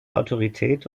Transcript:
autorität